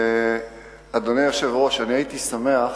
אדוני היושב-ראש, אני הייתי שמח